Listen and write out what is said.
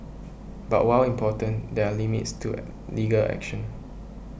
but while important there are limits to legal action